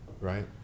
right